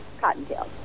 cottontails